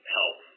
help